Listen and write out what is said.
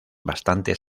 bastantes